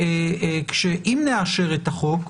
אם נאשר את החוק,